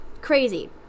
Crazy